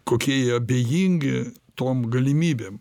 kokie jie abejingi tom galimybėm